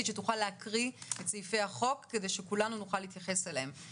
להקריא את סעיפי החוק כדי שכולנו נוכל להתייחס אליהם.